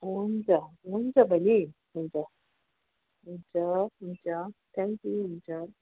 हुन्छ हुन्छ बहिनी हुन्छ हुन्छ हुन्छ थ्याङ्क यू हुन्छ